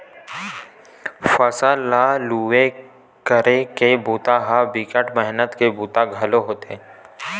फसल ल लुवई करे के बूता ह बिकट मेहनत के बूता घलोक होथे